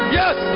yes